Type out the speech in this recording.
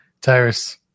tyrus